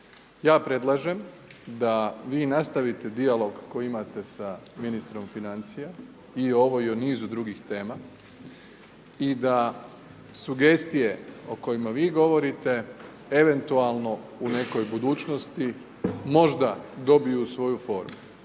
Ja predlažem da vi nastavite dijalog koji imate sa ministrom financija i o ovoj i o nizu drugih tema i da sugestije o kojima vi govorite, eventualno u nekoj budućnosti možda dobiju svoju formu.